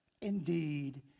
indeed